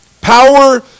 power